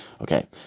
okay